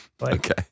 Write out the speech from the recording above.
Okay